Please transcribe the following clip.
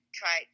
try